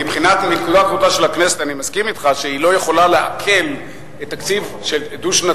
מנקודת ראותה של הכנסת אני מסכים אתך שהיא לא יכולה לעכל תקציב דו-שנתי,